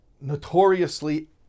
notoriously